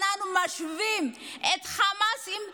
אנחנו משווים את חמאס עם דאעש.